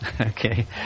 Okay